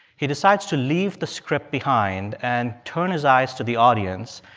he decides to leave the script behind and turn his eyes to the audience.